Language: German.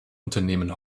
unternehmen